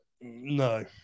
no